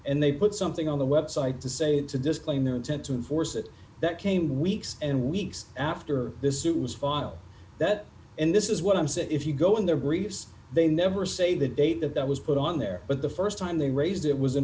and they put something on the website to say to disclaim their intent to enforce it that came weeks and weeks after this suit was filed that and this is what i'm saying if you go in their briefs they never say the date that that was put on there but the st time they raised it was in